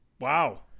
Wow